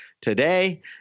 Today